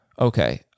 Okay